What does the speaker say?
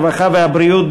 הרווחה והבריאות,